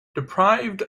deprived